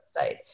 website